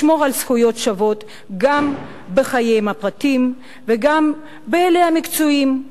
לשמור על זכויות שוות גם בחיים הפרטיים וגם באלה המקצועיים,